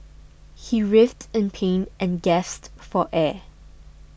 he writhed in pain and gasped for air